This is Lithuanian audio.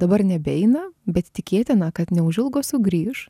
dabar nebeina bet tikėtina kad neužilgo sugrįš